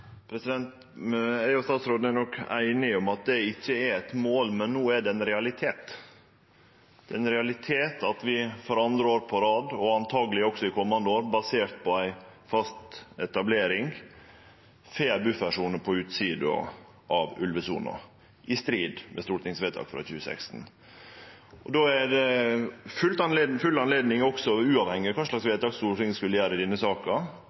statsråden er nok einige om at det ikkje er eit mål, men no er det ein realitet. Det er ein realitet at vi for andre år på rad, og antakeleg også i komande år, basert på ei fast etablering, får buffersone på utsida av ulvesona – i strid med stortingsvedtak frå 2016. Då er det full anledning, uavhengig av kva vedtak Stortinget vil gjere i denne saka,